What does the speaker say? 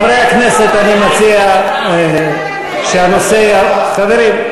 חברי הכנסת, אני מציע שהנושא, חברים.